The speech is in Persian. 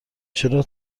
چرا